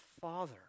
father